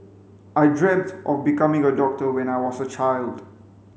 I dreamt of becoming a doctor when I was a child